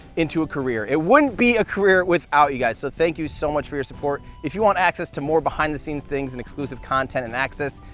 into a career, it wouldn't be a career without you guys, so thank you so much for your support. if you want access to more behind-the-scenes things and exclusive content and access,